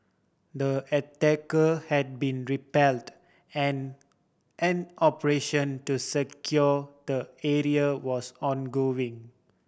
the attack had been repelled and an operation to secure the area was ongoing